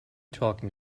talking